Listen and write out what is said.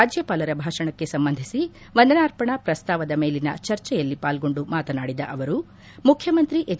ರಾಜ್ಯಪಾಲರ ಭಾಷಣಕ್ಕೆ ಸಂಬಂಧಿಸಿ ವಂದನಾರ್ಪಣಾ ಪ್ರಸ್ತಾವದ ಮೇಲಿನ ಚರ್ಚೆಯಲ್ಲಿ ಪಾಲ್ಗೊಂಡು ಮಾತನಾಡಿದ ಅವರು ಮುಖ್ಯಮಂತ್ರಿ ಎಚ್